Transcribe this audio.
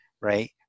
right